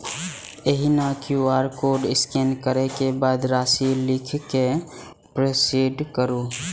एहिना QR code scan करै के बाद राशि लिख कें प्रोसीड करू